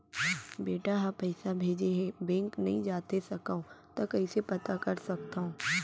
बेटा ह पइसा भेजे हे बैंक नई जाथे सकंव त कइसे पता कर सकथव?